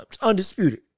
undisputed